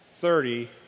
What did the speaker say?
Thirty